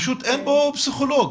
אין בו פסיכולוג.